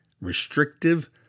restrictive